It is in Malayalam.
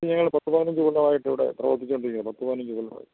ഞങ്ങൾ പത്ത് പതിനഞ്ച് കൊല്ലമായിട്ടിവിടെ പ്രവർത്തിച്ചു കൊണ്ടിരിക്കുന്നു പത്തു പതിനഞ്ച് കൊല്ലമായി